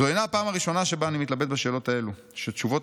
"זו אינה הפעם הראשונה שבה אני מתלבט בשאלות האלה שהתשובות